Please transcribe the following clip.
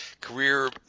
career